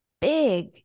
big